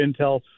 intel